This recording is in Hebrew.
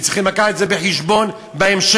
וצריכים להביא את זה בחשבון בהמשך.